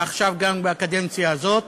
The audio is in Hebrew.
ועכשיו גם בקדנציה הזאת,